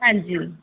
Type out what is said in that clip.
ਹਾਂਜੀ